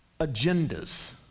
agendas